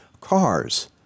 cars